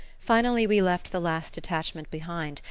finally we left the last detachment behind,